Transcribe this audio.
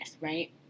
right